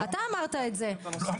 הוא לא אמר את זה מוקלט.